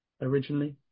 originally